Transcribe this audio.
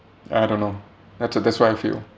I don't know that's wh~ that's what I feel